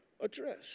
address